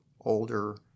older